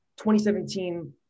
2017